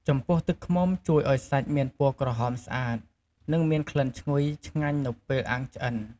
ចំពោះទឹកឃ្មុំជួយឱ្យសាច់មានពណ៌ក្រហមស្អាត និងមានក្លិនឈ្ងុយឆ្ងាញ់នៅពេលអាំងឆ្អិន។